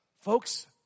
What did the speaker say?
Folks